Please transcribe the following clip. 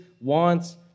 wants